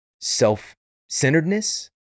self-centeredness